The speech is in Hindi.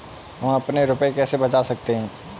हम अपने रुपये कैसे बचा सकते हैं?